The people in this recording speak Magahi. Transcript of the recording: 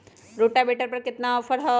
रोटावेटर पर केतना ऑफर हव?